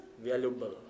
valuable